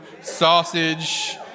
sausage